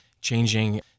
changing